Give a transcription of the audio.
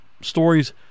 stories